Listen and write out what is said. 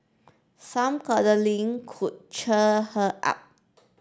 some cuddling could cheer her up